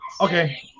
Okay